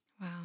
Wow